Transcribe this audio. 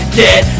get